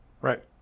Right